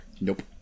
Nope